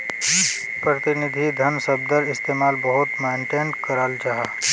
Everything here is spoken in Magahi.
प्रतिनिधि धन शब्दर इस्तेमाल बहुत माय्नेट कराल जाहा